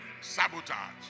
sabotage